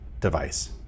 device